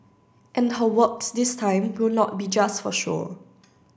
and her works this time will not be just for show